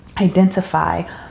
identify